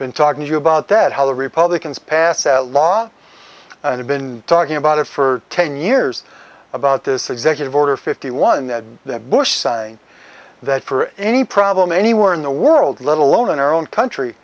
been talking to you about that how the republicans passed that law and i've been talking about it for ten years about this executive order fifty one that that bush signed that for any problem anywhere in the world let alone our own country